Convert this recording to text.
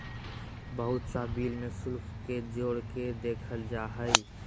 बहुत सा बिल में शुल्क के जोड़ के देखल जा हइ